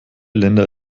länder